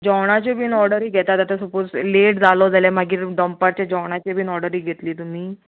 जेवणाच्यो बीन ऑर्डरी घेतात आतां सपोज लेट जालो जाल्यार मागीर दोंपारचें जेवणाचें बीन ऑर्डरी घेतली तुमी